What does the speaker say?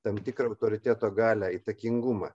tam tikrą autoriteto galią įtakingumą